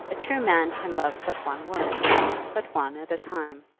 a true man can love but one woman but one at a time.